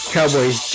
Cowboys